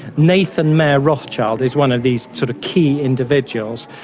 nathan mayer rothschild is one of these sort of key individuals,